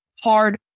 Hard